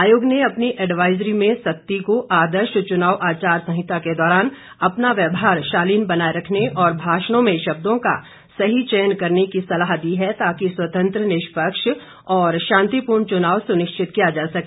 आयोग ने अपनी एडवाइजरी में सत्ती को आदर्श चुनाव आचार संहिता के दौरान अपना व्यवहार शालीन बनाए रखने और भाषणों में शब्दों का सही चयन करने की सलाह दी है ताकि स्वतंत्र निष्पक्ष और शांतिपूर्ण चुनाव सुनिश्चित किया जा सके